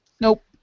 Nope